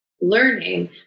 learning